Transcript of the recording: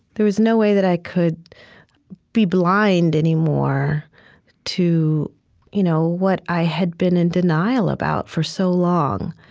there was no way that i could be blind anymore to you know what i had been in denial about for so long.